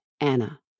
Anna